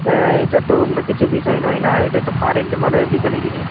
হ্যাঁ এইটা তো অন্য কিছু বিষয় নয় নয় এটা তো কারেন্ট মানে বিশাল জিনিস